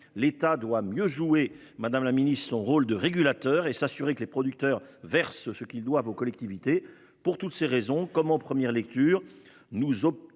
L'État doit mieux jouer son rôle de régulateur et s'assurer que les producteurs versent ce qu'ils doivent aux collectivités. Pour toutes ces raisons, comme en première lecture, nous optons